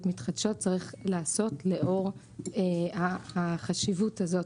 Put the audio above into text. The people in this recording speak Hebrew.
מתחדשות צריך לעשות לאור החשיבות הזו,